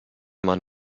man